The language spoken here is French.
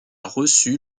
reçu